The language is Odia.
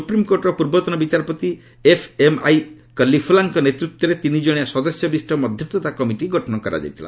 ସୁପ୍ରିମକୋର୍ଟର ପୂର୍ବତନ ବିଚାରପତି ଏଫ୍ଏମ୍ଆଇ କଲ୍ଲିଫୁଲ୍ଲାଙ୍କ ନେତୃତ୍ୱରେ ତିନିଜଣିଆ ସଦସ୍ୟବିଶିଷ୍ଟ ମଧ୍ୟସ୍ତା କମିଟି ଗଠନ କରାଯାଇଥିଲା